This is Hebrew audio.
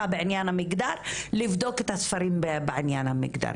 בענין המגדר לבדוק את הספרים בענין המגדרי.